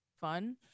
fun